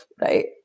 right